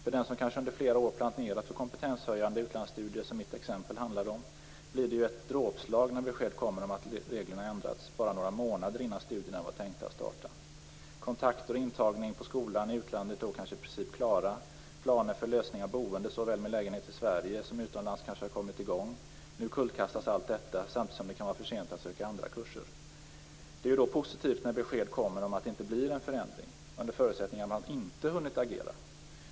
För den som kanske under flera år planerat för kompetenshöjande utlandsstudier, som mitt exempel handlade om, blir det ett dråpslag när besked kommer om att reglerna ändrats bara några månader innan studierna var tänkta att starta. Kontakter och intagning på skolan i utlandet är då kanske i princip klara. Planer för lösning av boendet, med lägenhet såväl i Sverige som utomlands, kanske har kommit i gång. Nu kullkastas allt detta, samtidigt som det kan vara för sent att söka andra kurser. Det är då positivt när besked kommer om att det inte blir en förändring - under förutsättning att man inte hunnit agera.